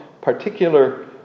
particular